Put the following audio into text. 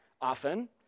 often